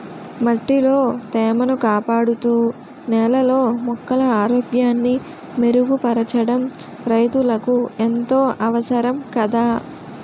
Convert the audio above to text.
మట్టిలో తేమను కాపాడుతూ, నేలలో మొక్కల ఆరోగ్యాన్ని మెరుగుపరచడం రైతులకు ఎంతో అవసరం కదా